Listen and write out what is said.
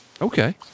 Okay